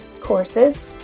courses